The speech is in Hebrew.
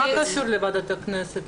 מה קשור לוועדת הכנסת?